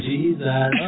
Jesus